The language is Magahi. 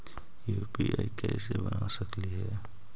यु.पी.आई कैसे बना सकली हे?